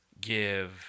give